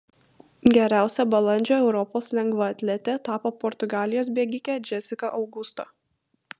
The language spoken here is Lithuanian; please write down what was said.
geriausia balandžio europos lengvaatlete tapo portugalijos bėgikė džesika augusto